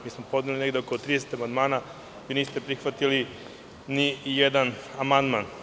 Mi smo podneli negde oko 30 amandmana i niste prihvatili ni jedan amandman.